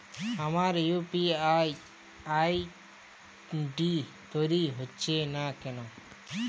আমার UPI ID তৈরি হচ্ছে না কেনো?